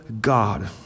God